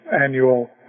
annual